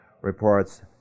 reports